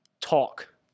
talk